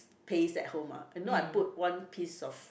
paste at home ah you know I put one piece of